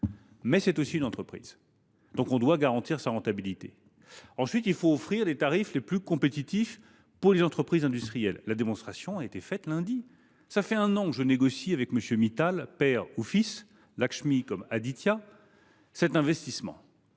EDF reste une entreprise dont nous devons garantir la rentabilité. Ensuite, il faut offrir les tarifs les plus compétitifs aux entreprises industrielles. La démonstration en a été faite lundi. Voilà un an que je négocie avec MM. Mittal, père et fils, Lakshmi comme Aditya, pour qu’ils investissent